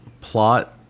plot